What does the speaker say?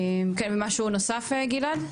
כן ומשהו נוסף גלעד?